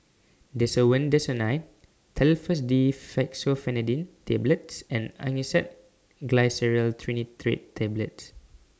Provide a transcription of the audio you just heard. Desowen Desonide Telfast D Fexofenadine Tablets and Angised Glyceryl Trinitrate Tablets